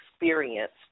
Experienced